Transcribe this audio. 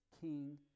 king